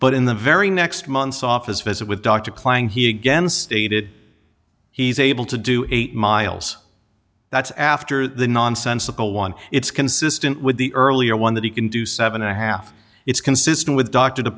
but in the very next month's office visit with dr klein he again stated he's able to do eight miles that's after the nonsensical one it's consistent with the earlier one that he can do seven and a half it's consistent with d